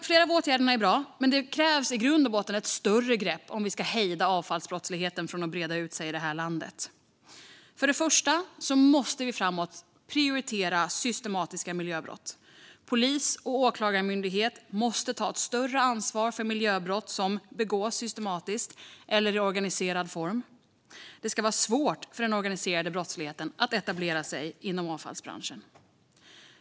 Flera av åtgärderna är alltså bra, men det krävs i grund och botten ett större grepp om vi ska hejda avfallsbrottsligheten från att breda ut sig i det här landet. För det första måste vi framöver prioritera systematiska miljöbrott. Polis och åklagarmyndighet måste ta ett större ansvar för miljöbrott som begås systematiskt eller i organiserad form. Det ska vara svårt för den organiserade brottsligheten att etablera sig inom avfallsbranschen.